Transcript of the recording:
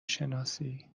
شناسی